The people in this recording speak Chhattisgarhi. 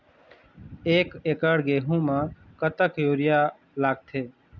एक एकड़ गेहूं म कतक यूरिया लागथे?